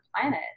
planet